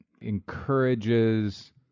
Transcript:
encourages